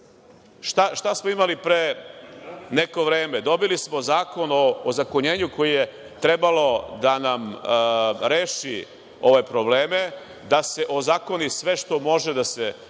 Šta smo imali pre neko vreme? Dobili smo Zakon o ozakonjenju koji je trebalo da nam reši ove probleme, da se ozakoni sve što može da se